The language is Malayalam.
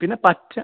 പിന്നെ പച്ച